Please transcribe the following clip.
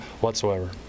whatsoever